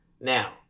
Now